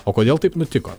o kodėl taip nutiko